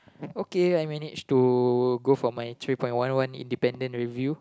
okay I manage to go for my three point one one independent review